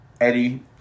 Eddie